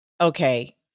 okay